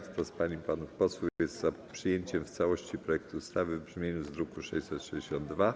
Kto z pań i panów posłów jest za przyjęciem w całości projektu ustawy w brzmieniu z druku nr 662?